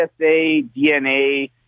DNA